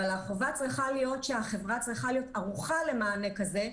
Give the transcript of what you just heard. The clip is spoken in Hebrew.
אבל החובה צריכה להיות שהחברה צריכה להיות ערוכה למענה כזה,